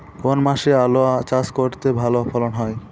কোন মাসে আদা চাষ করলে ভালো ফলন হয়?